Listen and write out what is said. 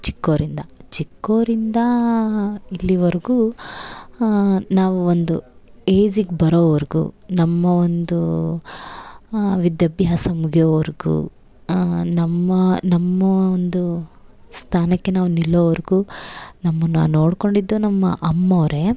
ಚಿಕ್ಕೋರಿಂದ ಚಿಕ್ಕೋರಿಂದ ಇಲ್ಲಿವರೆಗು ನಾವು ಒಂದು ಏಜಿಗ್ ಬರೋವರೆಗು ನಮ್ಮ ಒಂದು ವಿದ್ಯಾಭ್ಯಾಸ ಮುಗಿಯೊವರೆಗು ನಮ್ಮ ನಮ್ಮ ಒಂದು ಸ್ಥಾನಕ್ಕೆ ನಾವು ನಿಲ್ಲೊವರೆಗು ನಮ್ಮನ್ನು ನೋಡಿಕೊಂಡಿದ್ದು ನಮ್ಮ ಅಮ್ಮೋರೆ